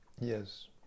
Yes